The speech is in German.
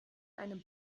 einen